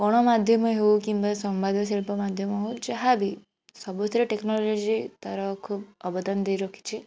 ଗଣମାଧ୍ୟମ ହେଉ କିମ୍ବା ସମ୍ବାଦ ଶିଳ୍ପ ମାଧ୍ୟମ ହଉ ଯାହା ବି ସବୁଥିରେ ଟେକ୍ନୋଲୋଜି ତା'ର ଖୁବ ଅବଦାନ ଦେଇ ରଖିଛି